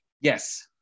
Yes